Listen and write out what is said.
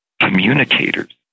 communicators